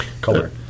color